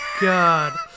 god